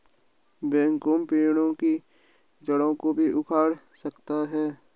backhoe पेड़ की जड़ों को भी उखाड़ सकता है